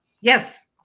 Yes